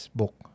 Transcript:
book